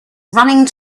running